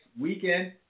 weekend